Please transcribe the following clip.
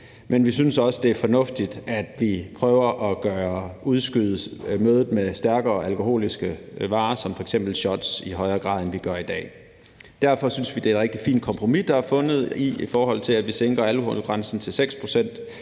Men vi synes, det er fornuftigt, at vi prøver at udskyde mødet med stærkere alkoholiske varer som f.eks. shots, i højere grad end vi gør i dag. Derfor synes vi, det er et rigtig fint kompromis, der er fundet, i forhold til at vi sænker alkoholgrænsen til 6 pct.